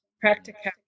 practicality